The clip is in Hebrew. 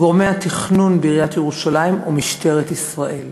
גורמי התכנון בעיריית ירושלים ומשטרת ישראל.